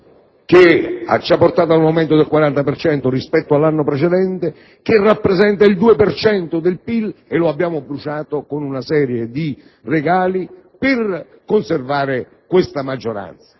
che ci ha portato ad un aumento del 40 per cento rispetto all'anno precedente, che rappresenta il 2 per cento del PIL e lo abbiamo bruciato con una serie di regali per conservare questa maggioranza,